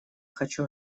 хочу